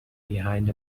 behind